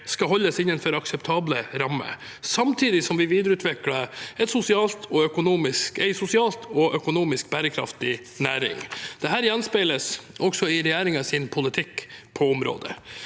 skal holdes innenfor akseptable rammer, samtidig som vi videreutvikler en sosial og økonomisk bærekraftig næring. Dette gjenspeiles også i regjeringens politikk på området.